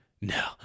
No